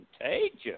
contagious